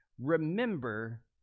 remember